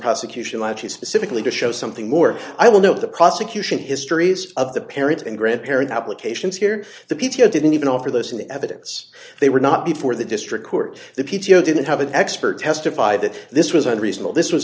prosecution lychee specifically to show something more i will note the prosecution histories of the parents and grandparents applications here the p t o didn't even offer those in the evidence they were not before the district court the p t o didn't have an expert testified that this was unreasonable this was